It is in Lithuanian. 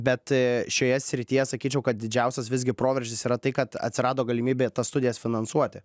bet šioje srityje sakyčiau kad didžiausias visgi proveržis yra tai kad atsirado galimybė tas studijas finansuoti